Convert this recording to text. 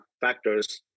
factors